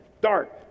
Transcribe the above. Dark